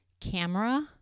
camera